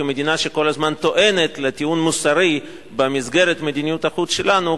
כמדינה שכל הזמן טוענת לטיעון מוסרי במסגרת מדיניות החוץ שלנו,